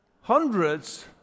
hundreds